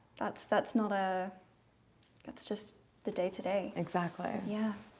that's that's not a that's just the day-to-day exactly. yeah,